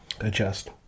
adjust